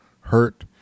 hurt